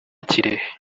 kirehe